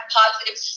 positive